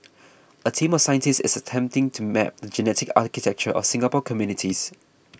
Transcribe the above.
a team of scientists is attempting to map the genetic architecture of Singapore's communities